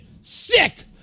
Sick